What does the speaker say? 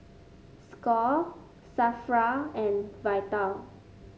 Score Safra and Vital